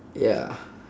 ya